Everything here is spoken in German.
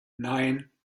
nein